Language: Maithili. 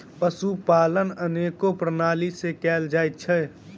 पशुपालन अनेको प्रणाली सॅ कयल जाइत छै